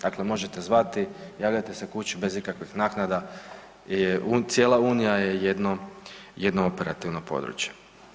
Dakle, možete zvati, javljati se kući bez ikakvih naknada i cijela Unija je jedno operativno područje.